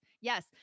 yes